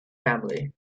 family